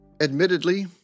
Admittedly